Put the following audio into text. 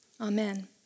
Amen